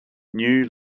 new